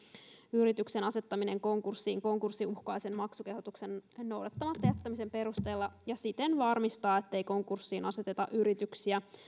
yrityksen asettaminen konkurssiin konkurssiuhkaisen maksukehotuksen noudattamatta jättämisen perusteella ja siten varmistaa ettei konkurssiin aseteta yrityksiä